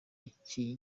iki